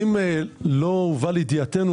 לא הובא לידיעתנו,